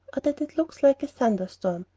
or that it looks like a thunder-storm,